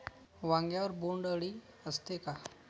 वांग्यावर बोंडअळी असते का?